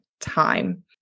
time